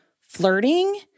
flirting